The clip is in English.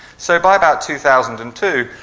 so, by about two thousand and two,